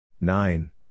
nine